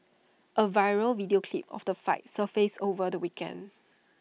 A viral video clip of the fight surfaced over the weekend